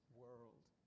world